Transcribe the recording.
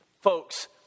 folks